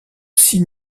six